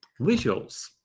visuals